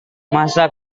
masa